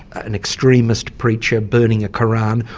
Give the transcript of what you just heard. an extremist preacher burning a koran,